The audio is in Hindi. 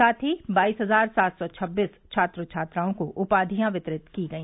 साथ ही बाईस हजार सात सौ छब्बीस छात्र छात्राओं को उपाधियां वितरित की गई